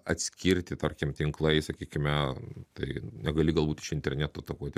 atskirti tarkim tinklai sakykime tai negali galbūt iš interneto atakuoti